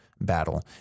battle